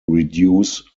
reduce